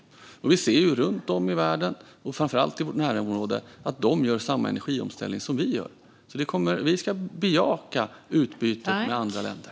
Vi ser också att man runt om i världen och framför allt i vårt närområde gör samma energiomställning som vi gör, så vi ska bejaka utbytet med andra länder.